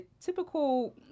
typical